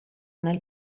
nel